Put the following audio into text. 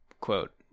quote